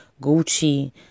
Gucci